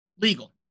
legal